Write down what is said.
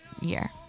year